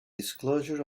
disclosure